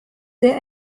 der